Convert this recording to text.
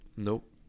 Nope